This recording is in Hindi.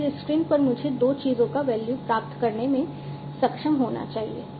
फिर स्क्रीन पर मुझे दो चीजों का वैल्यू प्राप्त करने में सक्षम होना चाहिए